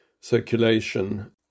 circulation